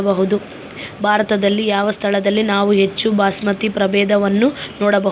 ಭಾರತದಲ್ಲಿ ಯಾವ ಸ್ಥಳದಲ್ಲಿ ನಾವು ಹೆಚ್ಚು ಬಾಸ್ಮತಿ ಪ್ರಭೇದವನ್ನು ನೋಡಬಹುದು?